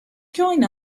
join